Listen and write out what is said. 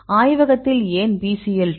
ஆய்வகத்தில் ஏன் Bcl 2